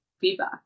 feedback